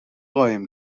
قایم